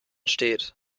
steht